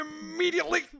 immediately